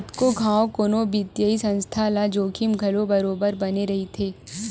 कतको घांव कोनो बित्तीय संस्था ल जोखिम घलो बरोबर बने रहिथे